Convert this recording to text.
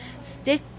stick